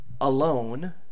alone